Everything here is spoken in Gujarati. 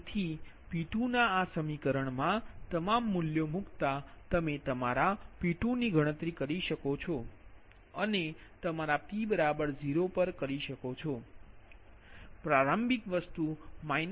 તેથી P2 ના આ સમીકરણમાં મા તમામ મૂલ્યો મૂકતા તમે તમારા P2ની ગણતરી કરી શકો છો અને તમારા p 0 પર કરી શકો છો પ્રારંભિક વસ્તુ 0